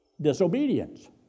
Disobedience